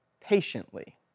patiently